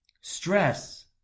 Stress